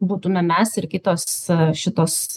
būtume mes ir kitos šitos